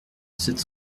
sept